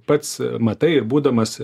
pats matai būdamas